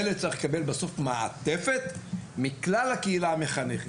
ילד צריך לקבל מעטפת מכלל הקהילה המחנכת.